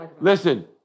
listen